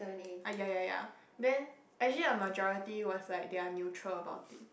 ah ya ya ya actually the majority was like they are neutral about it